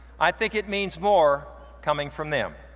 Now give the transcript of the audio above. i think it means more coming from them.